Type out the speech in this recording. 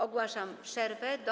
Ogłaszam przerwę do